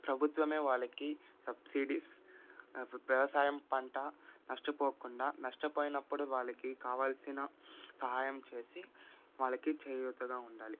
ప్రభుత్వం వాళ్ళకి సబ్సిడీస్ వ్యవ వ్యవసాయం పంట నష్టపోకుండా నష్టపోయినప్పుడు వాళ్ళకి కావాల్సిన సహాయం చేసి వాళ్ళకి చేయూతగా ఉండాలి